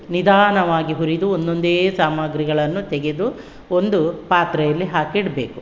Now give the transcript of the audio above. ನಿಧಾನವಾಗಿ ಹುರಿದು ಒಂದೊಂದೇ ಸಾಮಗ್ರಿಗಳನ್ನು ತೆಗೆದು ಒಂದು ಪಾತ್ರೆಯಲ್ಲಿ ಹಾಕಿಡಬೇಕು